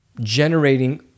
generating